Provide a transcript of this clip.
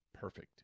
perfect